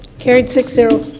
carried six so